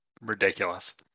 ridiculous